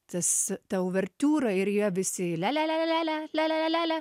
tas ta overtiūrai ir jie visi lia lia lia lia lia lia lia lia